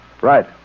Right